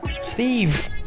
Steve